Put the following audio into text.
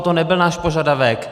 To nebyl náš požadavek.